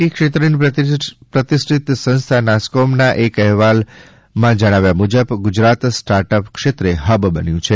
T ક્ષેત્રની પ્રતિષ્ઠિત સંસ્થા નાસ્કોમના એક અભ્યાસ અહેવાલમાં જણાવ્યા મુજબ ગુજરાત સ્ટાર્ટઅપ ક્ષેત્રે હબ બન્યુ છે